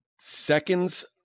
Seconds